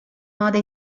moda